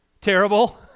Terrible